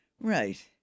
Right